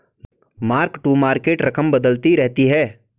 mark to market रकम बदलती रहती है